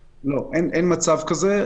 לא, אין מצב כזה.